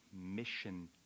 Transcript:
mission